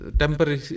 temporary